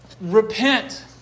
repent